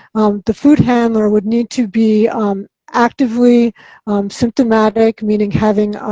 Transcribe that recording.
the food handler would need to be actively symptomatic, meaning having